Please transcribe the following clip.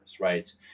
Right